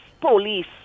police